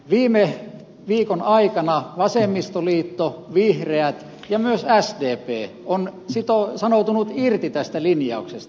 viime viikon aikana vasemmistoliitto vihreät ja myös sdp ovat sanoutuneet irti tästä linjauksesta